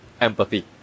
empathy